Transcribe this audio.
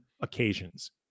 occasions